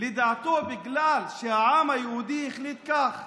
לדעתו, בגלל שהעם היהודי החליט כך.